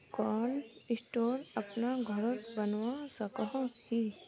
Cold store अपना घोरोत बनवा सकोहो ही?